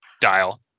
dial